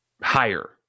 higher